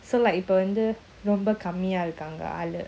so like இப்பஅவங்கரொம்பகம்மியாஇருக்காங்கஆளு:ipa avanga romba kammiya irukanga aalu